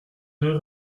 deux